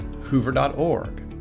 hoover.org